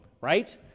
right